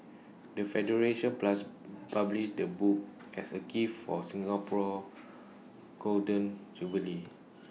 the federation plus published the book as A gift for Singapore Golden Jubilee